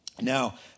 Now